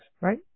right